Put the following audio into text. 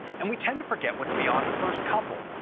and we tend to forget what's beyond the first couple.